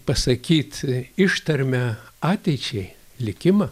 pasakyt ištarmę ateičiai likimą